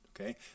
okay